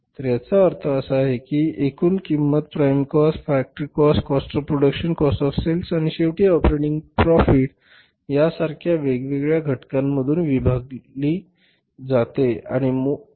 तर याचा अर्थ असा आहे की आपण एकूण किंमत prime cost factory cost cost of production cost of sale आणि शेवटी ऑपरेटिंग प्राॅफिट यासारख्या वेगवेगळ्या घटकांमध्ये विभागून मोजली आहे